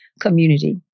community